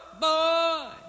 boy